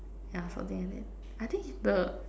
yeah something like that I think the